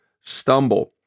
stumble